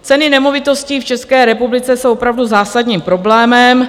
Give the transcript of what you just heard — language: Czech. Ceny nemovitostí v České republice jsou opravdu zásadním problémem.